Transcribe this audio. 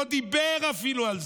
אף אחד באוצר אפילו לא דיבר על זה.